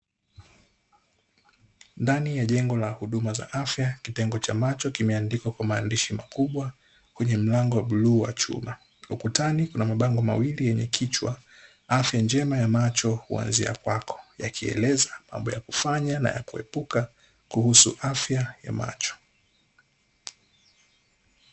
Ndani ya jengo la huduma za afya kitengo cha macho kimeandikwa kwa maandishi makubwa kwenye mlango wa bluu wa chuma, ukutani kuna mabango mawili yenye kichwa "Afya njema ya macho huanzia kwako" ikieleza mambo yakufanya na yakuepuka kuhusu afya ya macho.